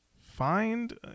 find